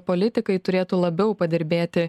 politikai turėtų labiau padirbėti